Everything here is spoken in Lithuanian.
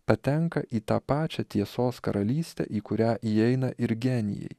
patenka į tą pačią tiesos karalystę į kurią įeina ir genijai